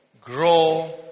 grow